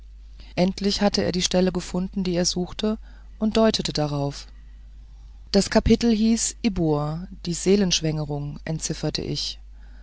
endlich hatte er die stelle gefunden die er suchte und deutete darauf das kapitel hieß ibbur die seelenschwängerung entzifferte ich